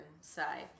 side